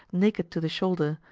naked to the shoulder,